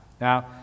Now